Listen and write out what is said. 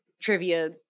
trivia